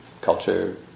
culture